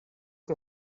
que